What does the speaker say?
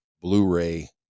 blu-ray